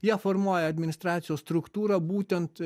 ją formuoja administracijos struktūra būtent